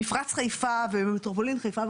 במפרץ חיפה ובמטרופולין חיפה,